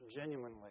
genuinely